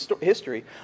history